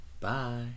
bye